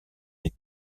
des